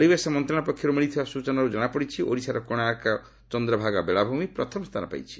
ପରିବେଶ ମନ୍ତ୍ରଣାଳୟ ପକ୍ଷରୁ ମିଳିଥିବା ସ୍ଟଚନାରୁ ଜଣାପଡ଼ିଛି ଓଡ଼ିଶାର କୋଶାର୍କ ଚନ୍ଦ୍ରଭାଗା ବେଳାଭୂମି ପ୍ରଥମ ସ୍ଥାନ ପାଇଛି